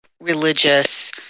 religious